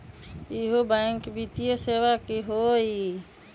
इहु बैंक वित्तीय सेवा की होई?